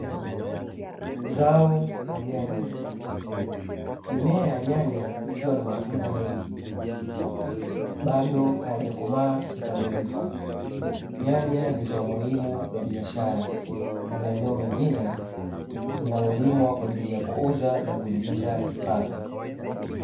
Zao la nyanya, mimea ya nyanya ikiwa na matunda mengi bado hayajakomaa kikamilifu, nyanya ni zao muhimu la biashara na maeneo mengine linalolimwa kwaajili ya kuuza na kuingiza kipato.